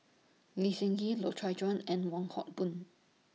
Lee Seng Gee Loy Chye Chuan and Wong Hock Boon